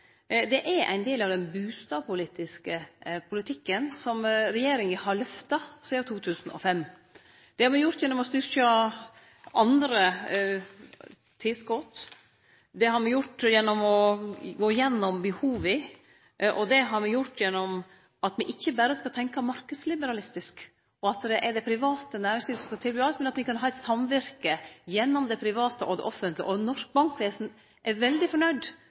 Det er ein del av den bustadpolitikken som regjeringa har lyfta sidan 2005. Det har me gjort gjennom å styrkje andre tilskot, det har me gjort gjennom å gå gjennom behova, og det har me gjort gjennom at me ikkje berre skal tenkje marknadsliberalistisk, og at det er det private næringslivet som skal tilby alt, men at me kan ha eit samverke mellom det private og det offentlege. Norsk bankvesen er veldig